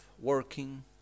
working